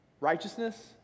righteousness